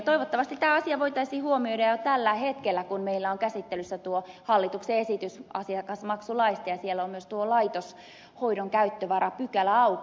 toivottavasti tämä asia voitaisiin huomioida jo tällä hetkellä kun meillä on käsittelyssä tuo hallituksen esitys asiakasmaksulaista ja siellä on myös tuo laitoshoidon käyttövarapykälä auki